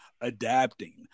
adapting